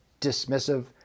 dismissive